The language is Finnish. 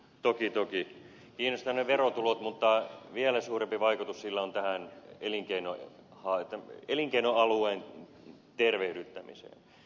toki toki ne verotulot kiinnostavat mutta vielä suurempi vaikutus sillä on tämän elinkeinoalueen tervehdyttämiseen